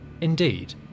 Indeed